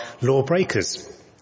lawbreakers